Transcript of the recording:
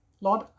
Lord